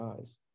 eyes